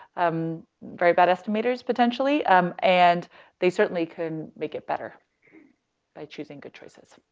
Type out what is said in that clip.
um, very bad estimators potentially, um, and they certainly couldn't make it better by choosing good choices.